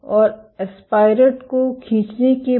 और एस्पारेट को खींचने के बाद